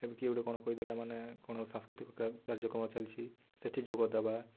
ଏବେ କିଏ ଗୋଟେ କ'ଣ କହିଦେଲା ମାନେ କ'ଣ ସାଂସ୍କୃତିକ କାର୍ଯ୍ୟକ୍ରମ ଚାଲିଛି ସେଠି ଯୋଗଦେବା